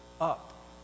up